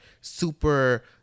super